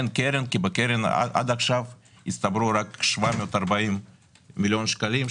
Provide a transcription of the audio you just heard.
כי עד עכשיו הצטברו רק 740 מיליון שקלים,